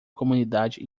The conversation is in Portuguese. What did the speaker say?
comunidade